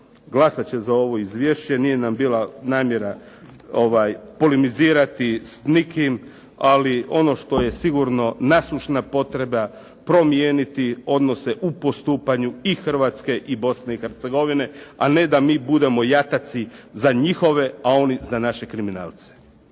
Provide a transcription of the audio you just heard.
glasati će za ovo izvješće. Nije nam bila namjera polemizirati s nikim, ali ono što je sigurno nasušna potreba, promijeniti odnose u postupanju i Hrvatske i Bosne i Hercegovine, a ne da mi budemo jataci za njihove, a oni za naše kriminalce.